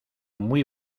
muy